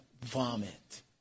vomit